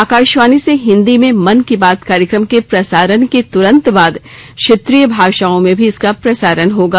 आकाशवाणी से हिन्दी में मन की बात कार्यक्रम के प्रसारण के तुरंत बाद क्षेत्रीय भाषाओं में भी इसका प्रसारण होगा